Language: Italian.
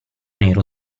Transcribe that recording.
nero